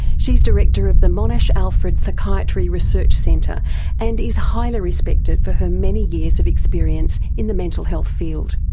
she's director of the monash alfred psychiatry research centre and is highly respected for her many years of experience in the mental health field.